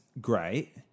great